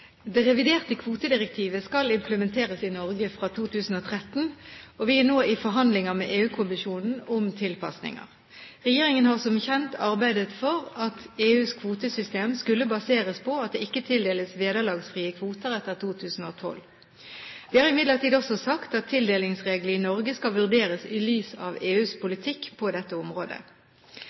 Det reviderte kvotedirektivet skal implementeres i Norge fra 2013, og vi er nå i forhandlinger med EU-kommisjonen om tilpasninger. Regjeringen har som kjent arbeidet for at EUs kvotesystem skulle baseres på at det ikke tildeles vederlagsfrie kvoter etter 2012. Vi har imidlertid også sagt at tildelingsreglene i Norge skal vurderes i lys av EUs politikk på dette området.